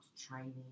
training